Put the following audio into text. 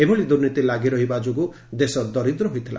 ଏଭଳି ଦୁର୍ନୀତି ଲାଗିରହିବା ଯୋଗୁଁ ଦେଶ ଦରିଦ୍ର ହୋଇଥିଲା